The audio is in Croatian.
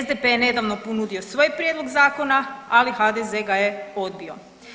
SDP je nedavno ponudio svoj prijedlog zakona, ali HDZ ga je odbio.